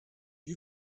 you